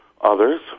Others